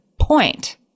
point